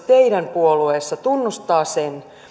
teidän puolueessa edustaja zyskowicz tunnustaa sen